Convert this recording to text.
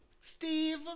Steve